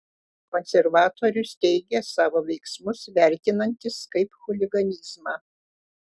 konservatorius teigė savo veiksmus vertinantis kaip chuliganizmą